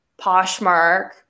Poshmark